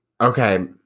Okay